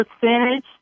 percentage